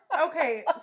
Okay